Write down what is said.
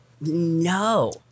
No